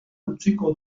utziko